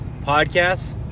podcasts